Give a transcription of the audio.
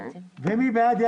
מי בעד ?